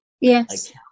Yes